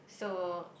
so